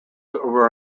over